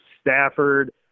Stafford